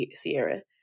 sierra